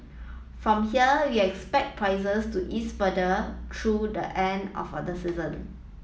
from here we expect prices to ease further through the end of other season